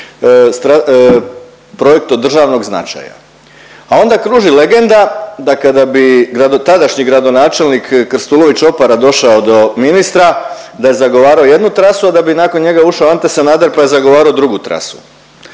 projet od državnog značaja, a onda kruži legenda da kada bi tadašnji gradonačelnik Krstulović Opara došao do ministra, da je zagovarao jednu trasu, a da bi nakon njega ušao Ante Sanader pa je zagovarao drugu trasu.